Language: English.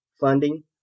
funding